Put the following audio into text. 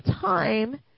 time